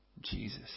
Jesus